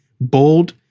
bold